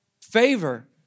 Favor